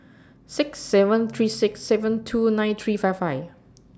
six seven three six seven two nine three five five